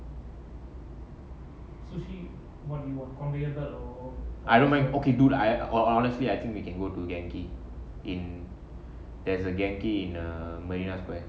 I don't mind okay dude I honestly I think we can go to genki in there's a genki in marina square there's a genki in err marina square